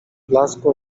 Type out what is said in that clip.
blasku